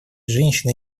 женщин